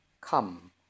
Come